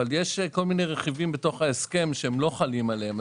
אבל יש כל מיני רכיבים בתוך ההסכם שהם לא חלים עליהם,